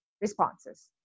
responses